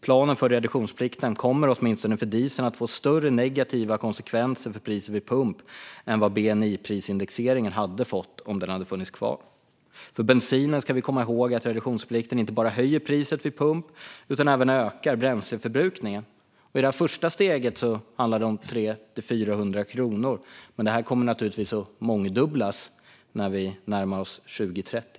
Planen för reduktionsplikten kommer, åtminstone för dieseln, att få större negativa konsekvenser för priset vid pump än vad bni-prisindexeringen hade fått om den hade funnits kvar. När det gäller bensinen ska vi komma ihåg att reduktionsplikten inte bara höjer priset vid pump utan även ökar bränsleförbrukningen. I det första steget handlar det om 300-400 kronor, men detta kommer naturligtvis att mångdubblas när vi närmar oss 2030.